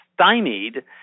stymied